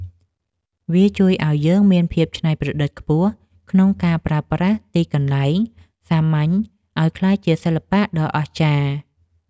វាជួយឱ្យយើងមានភាពច្នៃប្រឌិតខ្ពស់ក្នុងការប្រើប្រាស់ទីកន្លែងសាមញ្ញឱ្យក្លាយជាសិល្បៈដ៏អស្ចារ្យ។